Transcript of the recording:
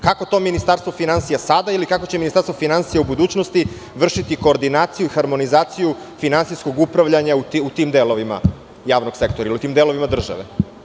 Kako to Ministarstvo finansija sada ili kako će Ministarstvo finansija u budućnosti vršiti koordinaciju i harmonizaciju finansijskog upravljanja u tim delovima javnog sektora ili u tim delovima države?